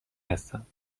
هستند